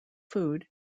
food